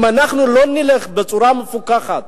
אם אנחנו לא נלך בצורה מפוכחת,